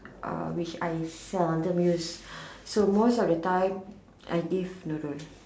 uh which I seldom use so most of the time I give no no no